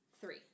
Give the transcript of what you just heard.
Three